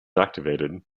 activated